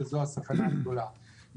וזו הסכנה הגדולה.